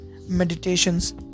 meditations